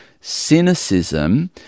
Cynicism